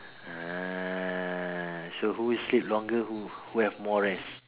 ah so who sleep longer who have more rest